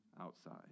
outside